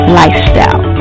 lifestyle